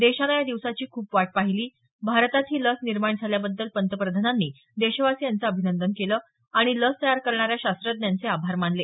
देशानं या दिवसाची खूप वाट पाहिली भारतात ही लस निर्माण झाल्याबाद्दल पंतप्रधानांनी देशवासियांचं अभिनंदन केलं आणि लस तयार करणाऱ्या शास्त्रज्ञांचे आभार मानले